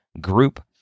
group